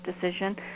decision